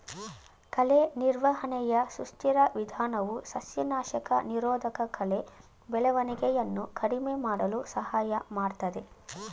ಕಳೆ ನಿರ್ವಹಣೆಯ ಸುಸ್ಥಿರ ವಿಧಾನವು ಸಸ್ಯನಾಶಕ ನಿರೋಧಕಕಳೆ ಬೆಳವಣಿಗೆಯನ್ನು ಕಡಿಮೆ ಮಾಡಲು ಸಹಾಯ ಮಾಡ್ತದೆ